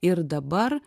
ir dabar